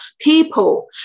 people